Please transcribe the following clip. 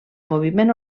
moviment